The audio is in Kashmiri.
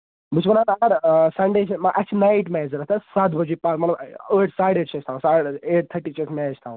بہٕ چھُس وَنان اَگر سَنڈے چھُ اَسہِ چھُ نایٹ میچ ضوٚرتھ حظ سَتھ بَجے مطلب ٲٹھ ساڈِ ٲٹھِ چھُ اسہِ تھاوُن ایٹ تھٔٹی چھ اسہِ میچ تھاوُن